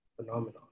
phenomenon